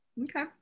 Okay